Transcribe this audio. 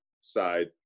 side